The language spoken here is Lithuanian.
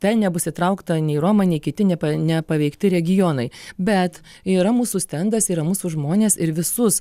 ten nebus įtraukta nei roma nei kiti nepa nepaveikti regionai bet yra mūsų stendas yra mūsų žmonės ir visus